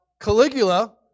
Caligula